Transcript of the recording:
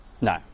No